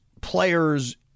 players